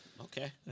Okay